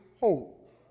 hope